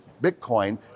Bitcoin